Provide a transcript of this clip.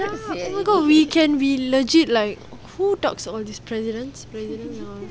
ya oh my god we legit who talks all these presidents